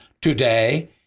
Today